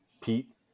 Pete